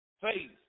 faith